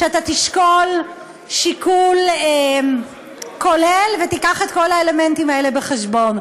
שאתה תשקול שיקול כולל ותביא את כל האלמנטים האלה בחשבון.